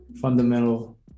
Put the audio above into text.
Fundamental